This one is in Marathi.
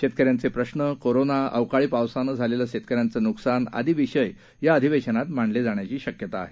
शेतकऱ्यांचे प्रश्न कोरोना अवकाळी पावसानं झालेले शेतकऱ्यांचे नुकसान आदी विषय अधिवेशनात मांडले जाण्याची शक्यता आहे